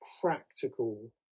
practical